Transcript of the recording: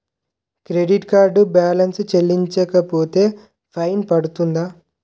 Credit card balance చెల్లించకపోతే fine పడ్తుంద?